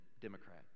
democrat